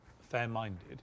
fair-minded